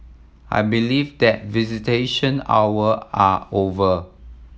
I believe that visitation hour are over